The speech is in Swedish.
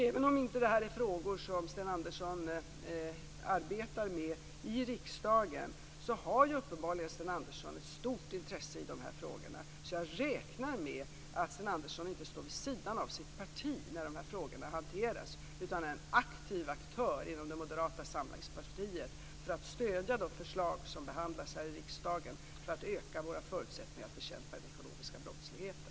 Även om detta inte är frågor som Sten Andersson arbetar med i riksdagen, har Sten Andersson uppenbarligen ett stort intresse i dessa frågor. Jag räknar därför med att Sten Andersson inte står vid sidan av sitt parti när dessa frågor hanteras utan är en aktiv aktör inom Moderata samlingspartiet för att stödja de förslag som behandlas här i riksdagen för att öka våra förutsättningar att bekämpa den ekonomiska brottsligheten.